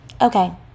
okay